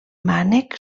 mànec